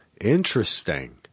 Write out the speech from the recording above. interesting